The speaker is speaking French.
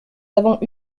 avons